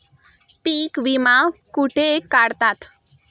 पीक विमा कुठे काढतात?